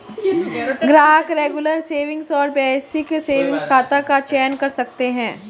ग्राहक regular saving और basic saving खाता का चयन कर सकते है